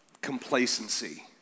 complacency